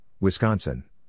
Wisconsin